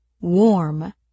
warm